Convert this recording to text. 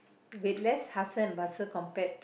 with less hustle and bustle compared